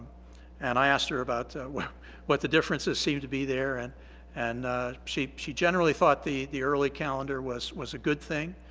and i asked her about well what the differences seemed to be there and and she she generally thought the the early calendar was was a good thing